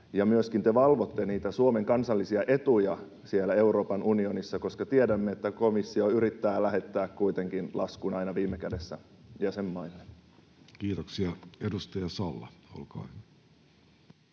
myöskin valvotte Suomen kansallisia etuja siellä Euroopan unionissa, koska tiedämme, että komissio yrittää lähettää kuitenkin laskun aina viime kädessä jäsenmaille? [Speech 338] Speaker: